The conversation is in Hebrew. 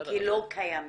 כלא קיימים.